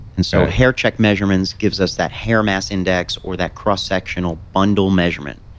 and so haircheck measurements gives us that hair mass index, or that cross-sectional bundle measurement,